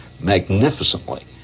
magnificently